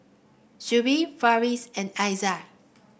Shuib Farish and Aizat